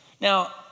Now